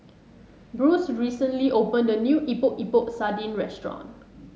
Bruce recently opened a new Epok Epok Sardin restaurant